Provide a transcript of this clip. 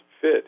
fit